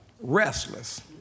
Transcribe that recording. restless